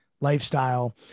lifestyle